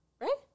Right